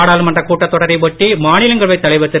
நாடாளுமன்ற கூட்டத் தொடரை ஒட்டி மாநிலங்களவைத் தலைவர் திரு